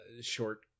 short